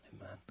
Amen